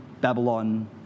Babylon